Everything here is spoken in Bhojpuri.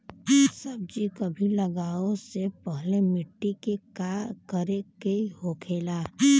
सब्जी कभी लगाओ से पहले मिट्टी के का करे के होखे ला?